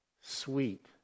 sweet